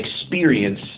experience